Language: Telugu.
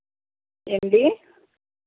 ఏమండి